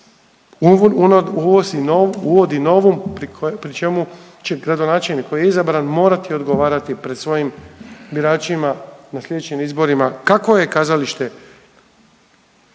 uvodi novu pri čemu će gradonačelnik koji je izabran morati odgovarati pred svojim biračima na slijedećim izborima kakvo je kazalište